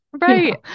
Right